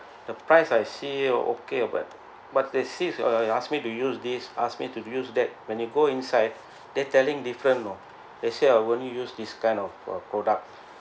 the price I see okay but but they insist uh asked me to use this asked me to use that when you go inside they telling different lor they say I won't use this kind of uh product